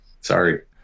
sorry